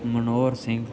Manohar Singh